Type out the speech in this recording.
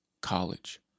college